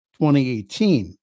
2018